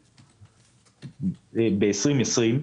ב-2020.